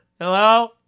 Hello